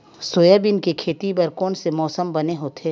Soybean के खेती बर कोन से मौसम बने होथे?